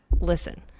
Listen